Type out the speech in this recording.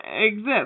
exist